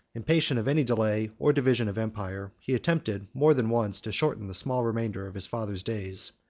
impatient of any delay or division of empire, he attempted, more than once, to shorten the small remainder of his father's days,